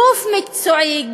גוף מקצועי,